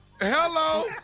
Hello